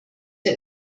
der